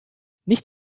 nicht